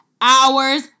hours